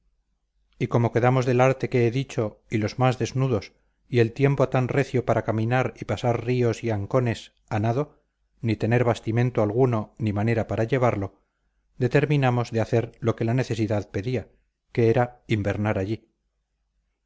y como quedamos del arte que he dicho y los más desnudos y el tiempo tan recio para caminar y pasar ríos y ancones a nado ni tener bastimento alguno ni manera para llevarlo determinamos de hacer lo que la necesidad pedía que era invernar allí